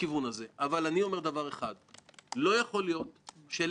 שיוביל לחקירה אמיתית עם מסקנות אישיות.